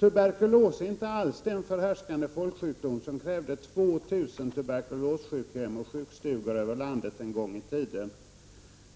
Tuberkulos är inte längre den förhärskande folksjukdom som krävde 2000 tuberkulossjukhem och sjukstugor i landet en gång i tiden.